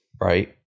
right